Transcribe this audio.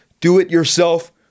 Do-It-Yourself